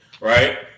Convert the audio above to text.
right